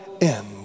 end